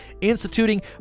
instituting